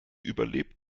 überlebt